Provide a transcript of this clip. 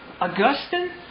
Augustine